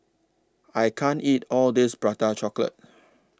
I can't eat All of This Prata Chocolate